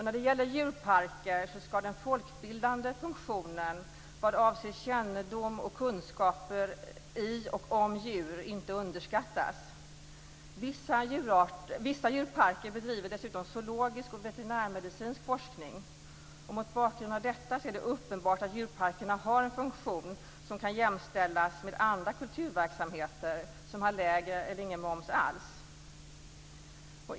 När det gäller djurparker ska den folkbildande funktionen vad avser kännedom och kunskaper om djur inte underskattas. Vissa djurparker bedriver dessutom zoologisk och veterinärmedicinsk forskning. Mot bakgrund av detta är det uppenbart att djurparkerna har en funktion som kan jämställas med andra kulturverksamheter som har lägre moms, eller ingen moms alls.